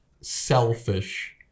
selfish